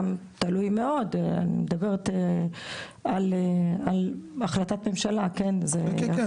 תלוי מאוד, אני מדברת על החלטת ממשלה, כן?